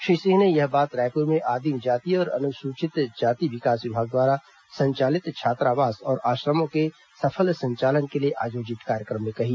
श्री सिंह ने यह बात रायपुर में आदिम जाति और अनुसूचित जाति विकास विभाग द्वारा संचालित छात्रावास और आश्रमो के सफल संचालन के लिए आयोजित कार्यक्रम में कही